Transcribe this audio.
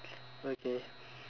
okay